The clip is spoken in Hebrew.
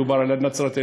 מדובר על נצרת-עילית,